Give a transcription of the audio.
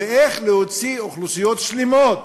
ואיך להביא אוכלוסיות שלמות